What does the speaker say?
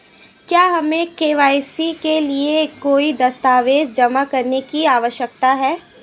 क्या हमें के.वाई.सी के लिए कोई दस्तावेज़ जमा करने की आवश्यकता है?